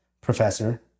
professor